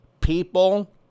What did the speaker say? People